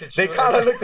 they kind of looked